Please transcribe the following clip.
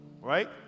right